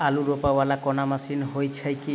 आलु रोपा वला कोनो मशीन हो छैय की?